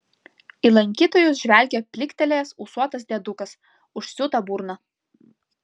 į lankytojus žvelgia pliktelėjęs ūsuotas diedukas užsiūta burna